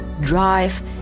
drive